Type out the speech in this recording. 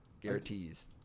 Guarantees